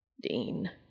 Dean